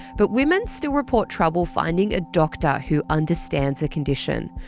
but women still report trouble finding a doctor who understands the condition.